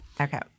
Okay